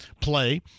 play